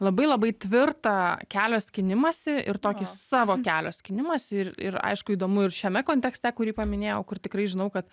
labai labai tvirtą kelio skynimąsi ir tokį savo kelio skynimąsi ir ir aišku įdomu ir šiame kontekste kurį paminėjau kur tikrai žinau kad